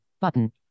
button